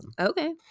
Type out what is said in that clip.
Okay